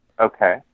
Okay